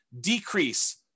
decrease